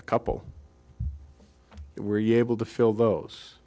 a couple were you able to fill those